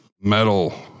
metal